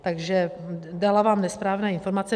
Takže dala vám nesprávné informace.